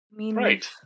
Right